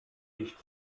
liegt